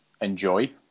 enjoy